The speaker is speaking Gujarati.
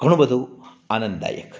ઘણું બધું આનંદદાયક